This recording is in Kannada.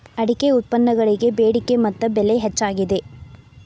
ಅಡಿಕೆ ಉತ್ಪನ್ನಗಳಿಗೆ ಬೆಡಿಕೆ ಮತ್ತ ಬೆಲೆ ಹೆಚ್ಚಾಗಿದೆ